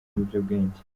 ibiyobyabwenge